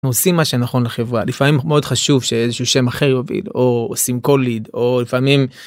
עושים מה שנכון לחברה. לפעמים מאוד חשוב שאיזה שם אחר יוביל, או עושים קוליד או לפעמים.